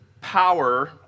power